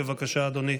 בבקשה, אדוני.